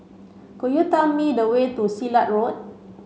could you tell me the way to Silat Road